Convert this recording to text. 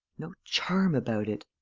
no charm about it!